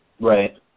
Right